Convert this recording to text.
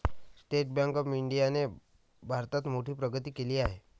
state bank of इंडियाने भारतात मोठी प्रगती केली आहे